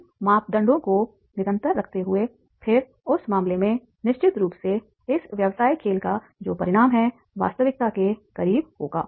उन मापदंडों को निरंतर रखते हुएफिर उस मामले में निश्चित रूप से इस व्यवसाय खेल का जो परिणाम है वास्तविकता के करीब होगा